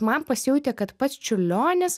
man pasijautė kad pats čiurlionis